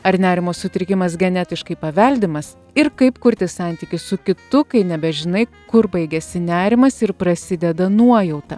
ar nerimo sutrikimas genetiškai paveldimas ir kaip kurti santykius su kitu kai nebežinai kur baigiasi nerimas ir prasideda nuojauta